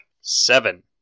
Seven